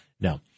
no